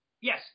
yes